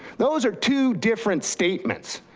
those are two different statements.